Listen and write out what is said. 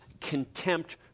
contempt